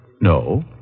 No